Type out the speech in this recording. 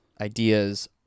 ideas